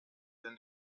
than